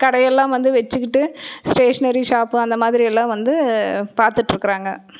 கடை எல்லாம் வந்து வச்சிக்கிட்டு ஸ்டேஷனரி ஷாப்பு அந்த மாதிரி எல்லாம் வந்து பார்த்துட்டுருக்குறாங்க